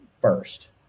first